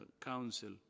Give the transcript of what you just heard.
Council